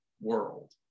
world